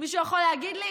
מישהו יכול להגיד לי?